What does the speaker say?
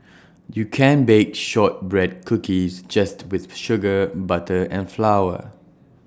you can bake Shortbread Cookies just with sugar butter and flour